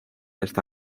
esta